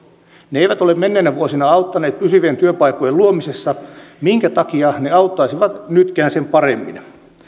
ne eivät ole menneinä vuosina auttaneet pysyvien työpaikkojen luomisessa minkä takia ne auttaisivat nytkään sen paremmin